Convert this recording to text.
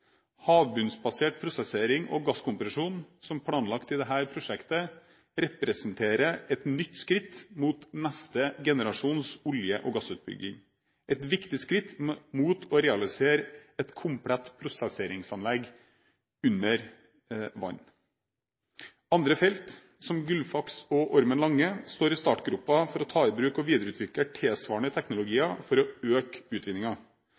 Havbunnsbasert prosessering og gasskompresjon som planlagt i dette prosjektet, representerer et nytt skritt mot neste generasjons olje- og gassutbygging – et viktig skritt mot å realisere et komplett prosesseringsanlegg under vann. Andre felt, som Gullfaks og Ormen Lange, står i startgropen for å ta i bruk og videreutvikle tilsvarende teknologi for å øke